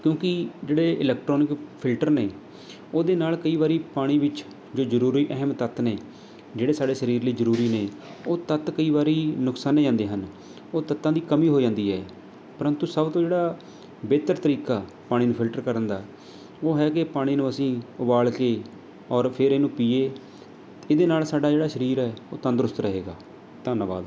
ਕਿਉਂਕਿ ਜਿਹੜੇ electronic filter ਨੇ ਉਹਦੇ ਨਾਲ਼ ਕਈ ਵਾਰੀ ਪਾਣੀ ਵਿੱਚ ਜੋ ਜ਼ਰੂਰੀ ਅਹਿਮ ਤੱਤ ਨੇ ਜਿਹੜੇ ਸਾਡੇ ਸਰੀਰ ਲਈ ਜ਼ਰੂਰੀ ਨੇ ਉਹ ਤੱਤ ਕਈ ਵਾਰੀ ਨੁਕਸਾਨੇ ਜਾਂਦੇ ਹਨ ਉਹ ਤੱਤਾਂ ਦੀ ਕਮੀ ਹੋ ਜਾਂਦੀ ਹੈ ਪ੍ਰੰਤੂ ਸਭ ਤੋਂ ਜਿਹੜਾ ਬਿਹਤਰ ਤਰੀਕਾ ਪਾਣੀ ਨੂੰ ਫਿਲਟਰ ਕਰਨ ਦਾ ਉਹ ਹੈ ਕਿ ਪਾਣੀ ਨੂੰ ਅਸੀਂ ਉਬਾਲ ਕੇ ਔਰ ਫਿਰ ਇਹਨੂੰ ਪੀਈਏ ਇਹਦੇ ਨਾਲ਼ ਸਾਡਾ ਜਿਹੜਾ ਸਰੀਰ ਹੈ ਉਹ ਤੰਦਰੁਸਤ ਰਹੇਗਾ ਧੰਨਵਾਦ